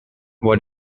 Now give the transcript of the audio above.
what